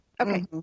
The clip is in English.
Okay